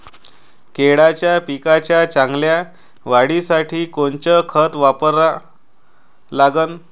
केळाच्या पिकाच्या चांगल्या वाढीसाठी कोनचं खत वापरा लागन?